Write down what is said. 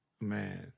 Man